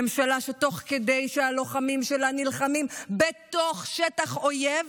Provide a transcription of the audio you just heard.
ממשלה שתוך כדי שהלוחמים שלה נלחמים בתוך שטח אויב,